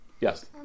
Yes